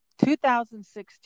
2016